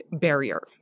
barrier